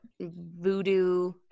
voodoo